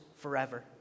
forever